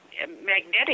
magnetic